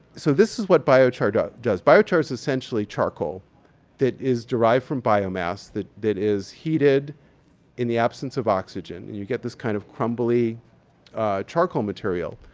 so this is what biochar does. biochar is essentially charcoal that is derived from biomass that that is heated in the absence of oxygen. and you get this kind of crumbly charcoal material.